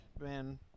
man